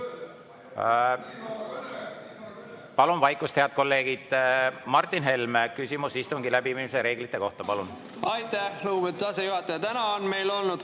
Palun vaikust, head kolleegid! Martin Helme, küsimus istungi läbiviimise reeglite kohta, palun! Aitäh, lugupeetud asejuhataja! Täna on meil olnud